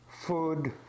food